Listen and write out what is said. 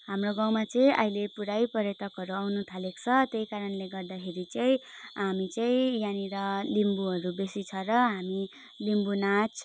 हाम्रो गाउँमा चाहिँ अहिले पुरै पर्यटकहरू आउनु थालेको छ त्यही कारणले गर्दाखेरि चाहिँ हामी चाहिँ यहाँनिर लिम्बूहरू बेसी छ र हामी लिम्बू नाच